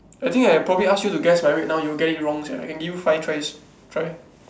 I think I probably ask you to guess my weight now you will get it wrong sia I can give you five tries try